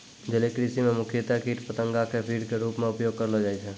जलीय कृषि मॅ मुख्यतया कीट पतंगा कॅ फीड के रूप मॅ उपयोग करलो जाय छै